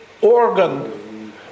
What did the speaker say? organ